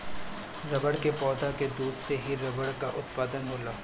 रबड़ के पौधा के दूध से ही रबड़ कअ उत्पादन होला